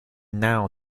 now